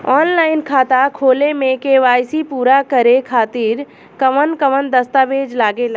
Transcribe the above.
Online खाता खोले में के.वाइ.सी पूरा करे खातिर कवन कवन दस्तावेज लागे ला?